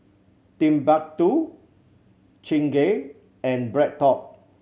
Timbuk Two Chingay and BreadTalk